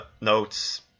notes